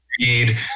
read